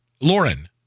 Lauren